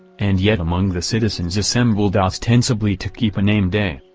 and yet among the citizens assembled ostensibly to keep a name-day,